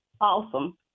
Awesome